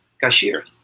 cashier